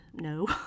no